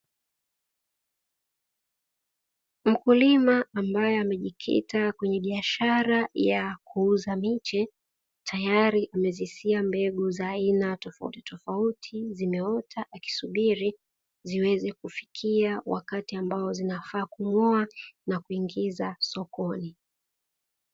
Mkulima ambaye amejikita kwenye biashara ya kuuza miche, tayari amezisia mbegu za aina tofauti zimeota, akisubili ziweze kufikiwa wakati wa kung'oa ili ziweze kuingizwa sokoni.